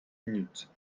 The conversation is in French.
minutes